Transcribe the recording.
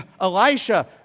Elisha